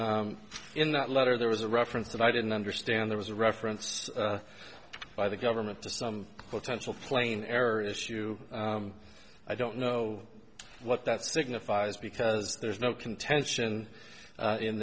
ago in that letter there was a reference that i didn't understand there was a reference by the government to some potential plane error issue i don't know what that signifies because there's no contention